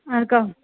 அதுக்காக